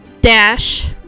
dash